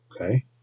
Okay